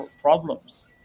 problems